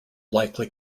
likely